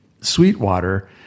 Sweetwater